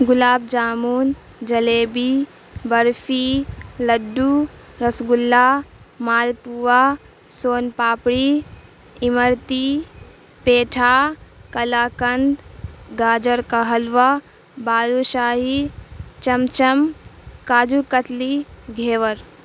گلاب jamun jalebi barfi laddu rasgulla malpua son papdi imarti petha kalakand گاجر کا حلوا بالوشاہی چم چم کاجو کتلی گھیور